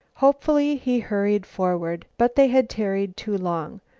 hopefully he hurried forward. but they had tarried too long,